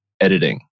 editing